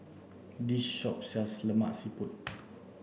this shop sells Lemak Siput